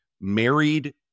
married